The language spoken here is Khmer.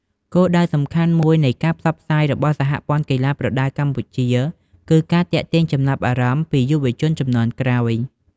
គោលដៅសំខាន់មួយនៃការផ្សព្វផ្សាយរបស់សហព័ន្ធកីឡាប្រដាល់កម្ពុជា គឺការទាក់ទាញចំណាប់អារម្មណ៍ពីយុវជនជំនាន់ក្រោយ។